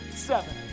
Seven